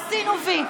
עשינו וי.